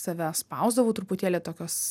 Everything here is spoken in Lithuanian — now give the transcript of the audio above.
save spausdavau truputėlį tokios